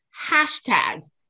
hashtags